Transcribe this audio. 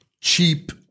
cheap